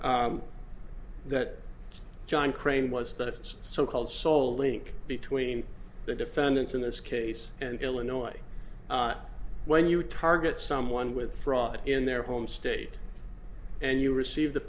was that it's so called soul link between the defendants in this case and illinois when you target someone with fraud in their home state and you receive the